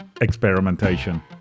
experimentation